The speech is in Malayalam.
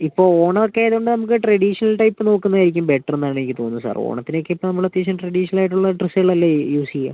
ഇപ്പോൾ ഓണമൊക്കെ ആയതുകൊണ്ട് നമുക്ക് ട്രഡീഷണല് ടൈപ്പ് നോക്കുന്നത് ആയിരിക്കും ബെറ്റർ എന്നാണ് എനിക്ക് തോന്നുന്നത് സാര് ഓണത്തിനോക്കെ ഇപ്പം നമ്മൾ അത്യാവശ്യം ട്രഡീഷണല് ആയിട്ടുള്ള ഡ്രസ്സുകളല്ലേ യൂസ് ചെയ്യുക